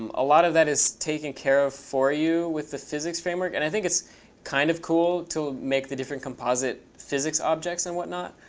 um a lot of that is taken care of for you with the physics framework. and i think it's kind of cool to make the different composite physics objects and whatnot.